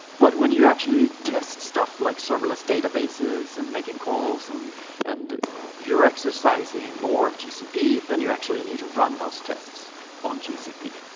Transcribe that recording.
but when you actually test stuff, like server databases and making calls, and and you're exercising more of gcp, then you actually need to run those tests on gcp.